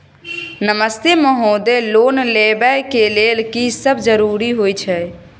नमस्ते महोदय, लोन लेबै के लेल की सब जरुरी होय छै?